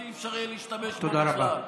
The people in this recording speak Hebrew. כי לא יהיה אפשר להשתמש בו בכלל.